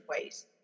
ways